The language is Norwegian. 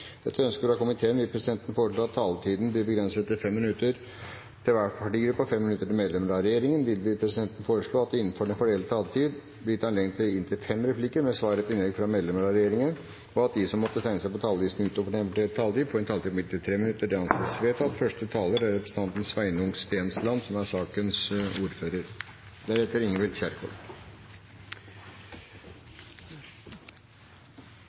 Etter ønske fra helse- og omsorgskomiteen vil presidenten forslå at taletiden blir begrenset til 5 minutter til hver partigruppe og 5 minutter til medlemmer av regjeringen. Videre vil presidenten foreslå at det – innenfor den fordelte taletid – blir gitt anledning til inntil fem replikker med svar etter innlegg fra medlemmer av regjeringen, og at de som måtte tegne seg på talerlisten utover den fordelte taletid, får en taletid på inntil 3 minutter. – Det anses vedtatt. Først takk for nok en legemiddelsak som